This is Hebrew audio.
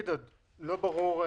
אוכלוסיות.